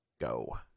go